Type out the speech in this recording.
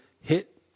hit